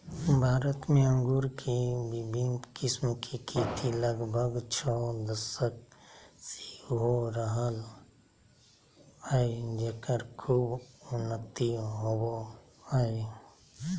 भारत में अंगूर के विविन्न किस्म के खेती लगभग छ दशक से हो रहल हई, जेकर खूब उन्नति होवअ हई